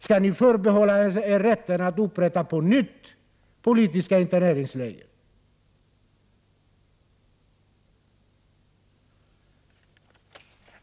Skall ni förbehålla er rätten att på nytt upprätta politiska interneringsläger?